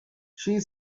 she